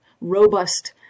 robust